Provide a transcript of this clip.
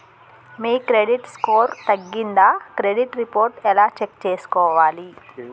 మీ credit score తగ్గిందా credit report ఎలా check చేసుకోవాలి?